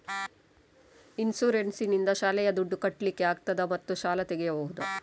Insurance ನಿಂದ ಶಾಲೆಯ ದುಡ್ದು ಕಟ್ಲಿಕ್ಕೆ ಆಗ್ತದಾ ಮತ್ತು ಸಾಲ ತೆಗಿಬಹುದಾ?